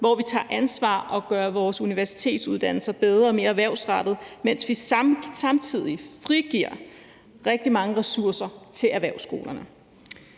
hvor vi tager ansvar og gør vores universitetsuddannelser bedre og mere erhvervsrettede, mens vi samtidig frigiver rigtig mange ressourcer til erhvervsskolerne.